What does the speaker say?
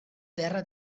terra